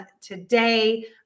today